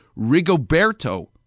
Rigoberto